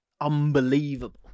unbelievable